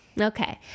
Okay